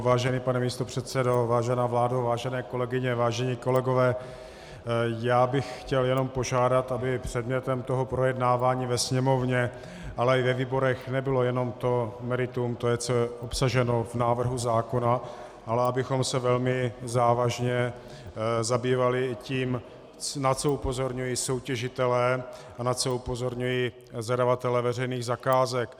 Vážený pane místopředsedo, vážená vládo, vážené kolegyně, vážení kolegové, chtěl bych jenom požádat, aby předmětem projednávání ve Sněmovně, ale i ve výborech nebylo jenom to meritum, co je obsaženo v návrhu zákona, ale abychom se velmi závažně zabývali i tím, na co upozorňují soutěžitelé a na co upozorňují zadavatelé veřejných zakázek.